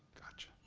gotcha.